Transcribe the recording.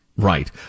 Right